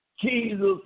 Jesus